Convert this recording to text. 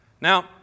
Now